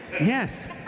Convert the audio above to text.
Yes